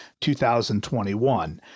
2021